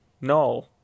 No